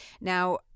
Now